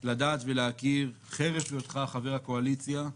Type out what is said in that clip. לדעת ולהכיר, חרף היותך חבר הקואליציה,